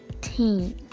team